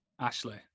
Ashley